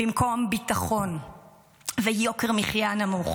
במקום ביטחון ויוקר מחיה נמוך,